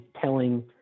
telling